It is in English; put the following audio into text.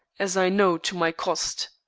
as i know to my cost.